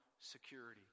security